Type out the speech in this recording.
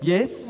Yes